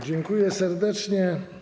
Dziękuję serdecznie.